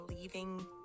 leaving